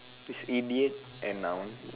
is idiot an noun